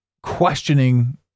questioning